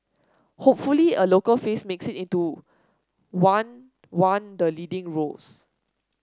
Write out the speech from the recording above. hopefully a local face makes it into one one the leading roles